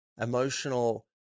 emotional